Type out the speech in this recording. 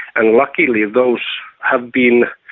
and luckily those have been